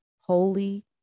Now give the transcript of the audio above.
holy